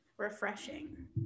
Refreshing